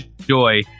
joy